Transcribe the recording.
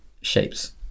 shapes